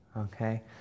Okay